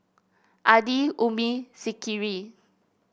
Adi Ummi Zikri